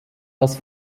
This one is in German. das